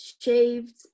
shaved